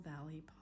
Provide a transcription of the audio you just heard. Valley